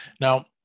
Now